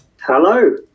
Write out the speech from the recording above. Hello